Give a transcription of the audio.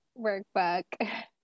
workbook